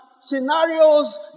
scenarios